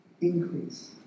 increase